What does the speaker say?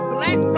Black